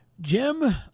Jim